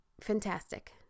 fantastic